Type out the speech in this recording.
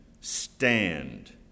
stand